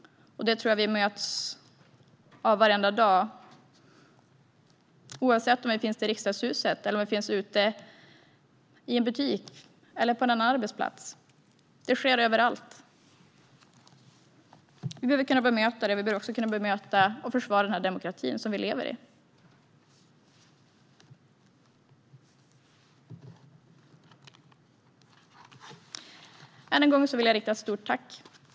Det tror jag att vi möts av varenda dag oavsett om vi är i Riksdagshuset eller ute i en butik eller på en arbetsplats. Det sker överallt. Vi behöver kunna bemöta det, och vi behöver också kunna bemöta och försvara den här demokratin som vi lever i. Än en gång vill jag framföra ett stort tack.